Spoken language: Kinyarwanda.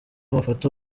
mafoto